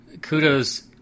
kudos